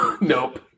Nope